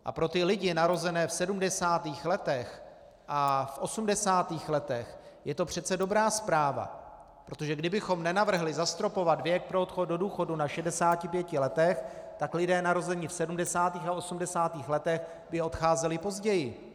A pro ty lidi narozené v 70. letech a v 80. letech je to přece dobrá zpráva, protože kdybychom nenavrhli zastropovat věk pro odchod do důchodu na 65 letech, tak lidé narození v 70. a 80. letech by odcházeli později.